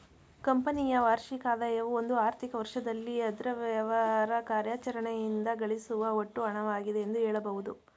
ಕಂಪನಿಯ ವಾರ್ಷಿಕ ಆದಾಯವು ಒಂದು ಆರ್ಥಿಕ ವರ್ಷದಲ್ಲಿ ಅದ್ರ ವ್ಯವಹಾರ ಕಾರ್ಯಾಚರಣೆಯಿಂದ ಗಳಿಸುವ ಒಟ್ಟು ಹಣವಾಗಿದೆ ಎಂದು ಹೇಳಬಹುದು